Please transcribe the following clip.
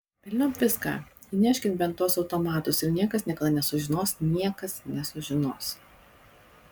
velniop viską įneškit bent tuos automatus ir niekas niekada nesužinos niekas nesužinos